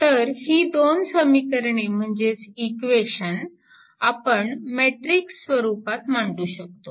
तर ही दोन समीकरणे म्हणजेच इक्वेशन आपण मॅट्रिक्स स्वरूपात मांडू शकतो